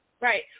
Right